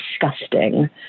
disgusting